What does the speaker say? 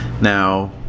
now